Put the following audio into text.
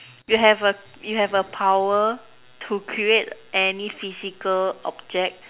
you have a you have a power to create any physical object